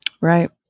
Right